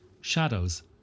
Shadows